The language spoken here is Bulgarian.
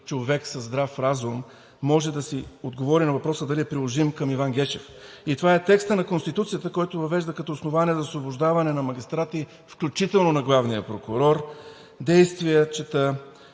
човек със здрав разум може да си отговори на въпроса дали е приложим към Иван Гешев, и това е текстът на Конституцията, който въвежда като основание за освобождаване на магистрати, включително действия на главния прокурор, чета: